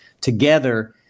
together